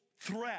threat